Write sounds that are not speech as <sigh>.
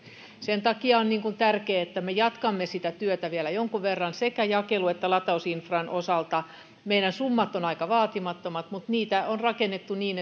sen takia on tärkeää että me jatkamme sitä työtä vielä jonkun verran sekä jakelu että latausinfran osalta meidän summamme ovat aika vaatimattomat mutta niitä on rakennettu niin <unintelligible>